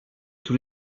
tous